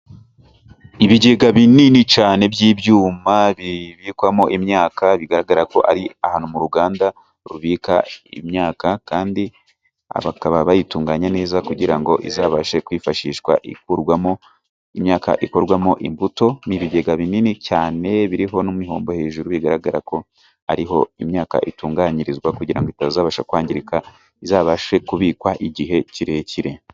Ibigega binini cyane by'ibyuma bibikwamo imyaka, bigaragara ko ari ahantu mu ruganda rubika imyaka ,kandi bakaba bayitunganya neza, kugira ngo izabashe kwifashishwa ikurwamo imyaka ikorwamo imbuto ,ni ibigega binini cyane biriho n'imihombo hejuru ,bigaragara ko ari ho imyaka itunganyirizwa ,kugira ngo itazabasha kwangirika, izabashe kubikwa igihe kirekire.